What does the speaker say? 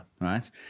right